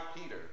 Peter